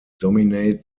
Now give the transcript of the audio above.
dominate